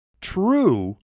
true